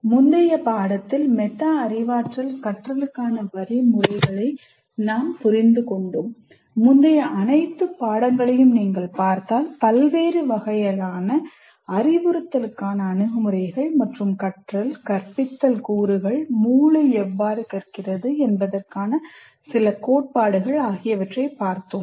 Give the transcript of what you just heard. " முந்தைய பாடத்தில் மெட்டா அறிவாற்றல் கற்றலுக்கான வழிமுறைகளை நாம் புரிந்துகொண்டோம் முந்தைய அனைத்து பாடங்களையும் நீங்கள் பார்த்தால் பல்வேறு வகையான அறிவுறுத்தலுக்கான அணுகுமுறைகள் மற்றும் கற்றல் கற்பித்தல் கூறுகள் மூளை எவ்வாறு கற்கிறது என்பதற்கான சில கோட்பாடுகள் ஆகியவற்றைப் பார்த்தோம்